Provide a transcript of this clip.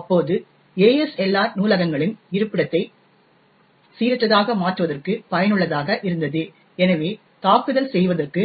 இப்போது ASLR நூலகங்களின் இருப்பிடத்தை சீரற்றதாக மாற்றுவதற்கு பயனுள்ளதாக இருந்தது எனவே தாக்குதல் செய்யவதற்கு